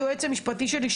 היועץ המשפטי שלי,